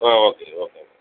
ah okay okay ma'am